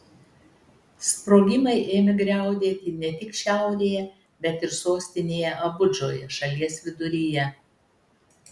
sprogimai ėmė griaudėti ne tik šiaurėje bet ir sostinėje abudžoje šalies viduryje